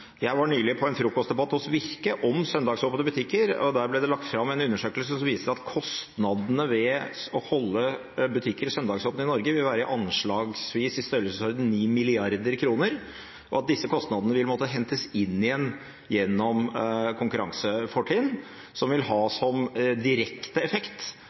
Jeg var nylig med på en frokostdebatt hos Virke om søndagsåpne butikker, og der ble det lagt fram en undersøkelse som viser at kostnadene ved å holde butikker søndagsåpne i Norge vil være anslagsvis i størrelsesorden 9 mrd. kr, og at disse kostnadene vil måtte hentes inn igjen gjennom konkurransefortrinn som vil ha som direkte effekt